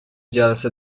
جلسه